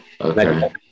Okay